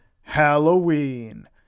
Halloween